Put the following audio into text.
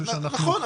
נכון,